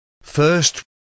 First